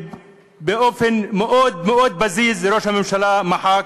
שבאופן מאוד מאוד פזיז ראש הממשלה מחק.